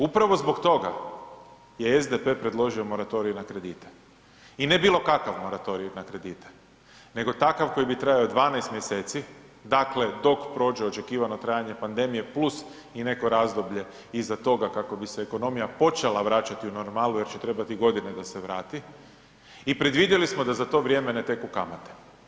Upravo zbog toga je SDP predložio moratorij na kredite i ne bilo kakav moratorij na kredite nego takav koji bi trajao 12 mjeseci dok prođe očekivano trajanje pandemije plus i neko razdoblje iza toga kako bi se ekonomija počela vraćati u normalnu jer će trebati godine da se vrati i predvidjeli smo da za to vrijeme ne teku kamate.